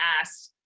asked